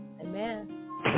Amen